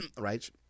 right